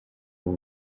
ubu